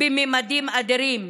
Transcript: בממדים אדירים,